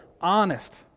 honest